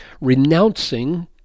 renouncing